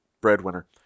breadwinner